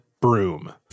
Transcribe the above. broom